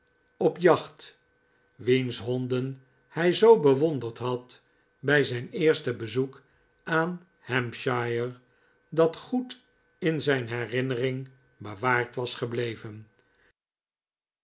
op jacht wiens honden hij zoo bewonderd had bij zijn eerste bezoek aan hampshire dat goed in zijn herinnering bewaard was gebleven